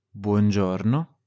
Buongiorno